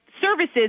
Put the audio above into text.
services